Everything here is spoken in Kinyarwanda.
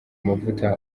amavuta